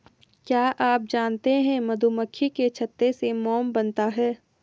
क्या आप जानते है मधुमक्खी के छत्ते से मोम बनता है